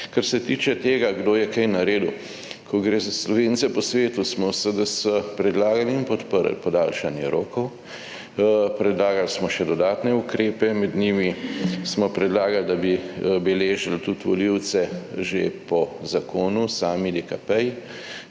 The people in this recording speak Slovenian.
Kar se tiče tega, kdo je kaj naredil. Ko gre za Slovence po svetu smo v SDS predlagali in podprli podaljšanje rokov, predlagali smo še dodatne ukrepe. Med njimi smo predlagali, da bi beležili tudi volivce že po zakonu /